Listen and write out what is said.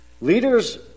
Leaders